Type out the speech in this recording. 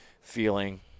feeling